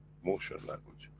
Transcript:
motion language.